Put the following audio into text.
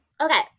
Okay